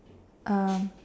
um